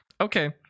Okay